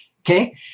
Okay